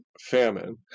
famine